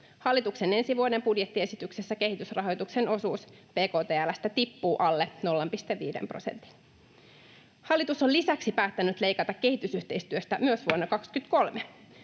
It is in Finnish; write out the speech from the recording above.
Hallituksen ensi vuoden budjettiesityksessä kehitysrahoituksen osuus bktl:stä tippuu alle 0,5 prosentin. Hallitus on lisäksi päättänyt leikata kehitysyhteistyöstä [Puhemies